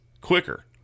quicker